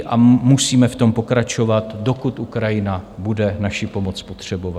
A musíme v tom pokračovat, dokud Ukrajina bude naši pomoc potřebovat.